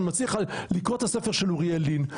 אני מציע לך לקרוא את הספר של אוריאל לין,